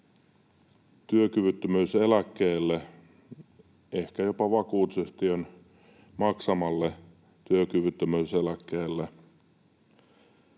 työkyvyttömyyseläkkeelle, ehkä jopa vakuutusyhtiön maksamalle työkyvyttömyys-eläkkeelle,